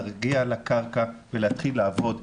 להגיע לקרקע ולהתחיל לעבוד.